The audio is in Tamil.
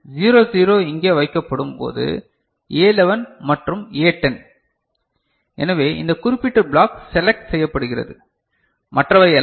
00 இங்கே வைக்கப்படும் போது A 11 மற்றும் A 10 எனவே இந்த குறிப்பிட்ட பிளாக் செலக்ட் செய்யப்படுகிறது மற்றவை அல்ல